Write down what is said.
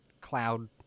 cloud